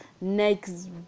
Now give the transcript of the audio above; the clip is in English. Next